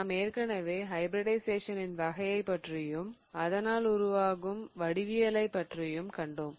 நாம் ஏற்கனவே ஹைபிரிடிஷயேசனின் வகைகளைப் பற்றியும் அதனால் உருவாகும் வடிவியலைப் பற்றியும் கண்டோம்